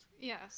yes